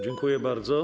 Dziękuję bardzo.